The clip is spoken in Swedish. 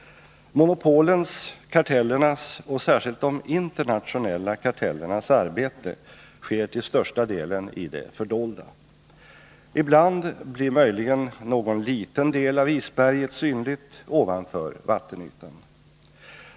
Monopolens, kartellernas och särskilt de internationella kartellernas arbete sker till största delen i det fördolda. Ibland blir möjligen någon liten del av isberget synlig ovanför vattenytan.